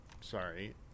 sorry